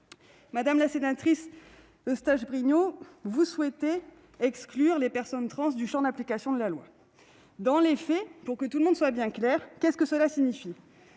Madame la sénatrice Eustache-Brinio vous souhaitez exclure les personnes trans du champ d'application de ce texte. Dans les faits, pour que tout le monde ait les idées bien claires, cela signifie